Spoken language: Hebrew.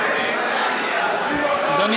אדוני